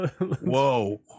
Whoa